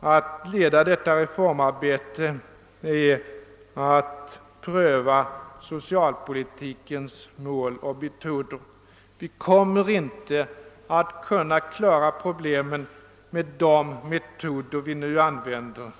att leda detta reformarbete är att pröva socialpolitikens mål och metoder. Vi kommer inte att kunna klara problemen med de metoder vi nu använder.